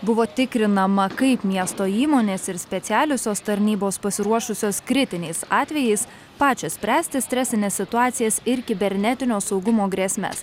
buvo tikrinama kaip miesto įmonės ir specialiosios tarnybos pasiruošusios kritiniais atvejais pačios spręsti stresines situacijas ir kibernetinio saugumo grėsmes